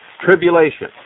tribulation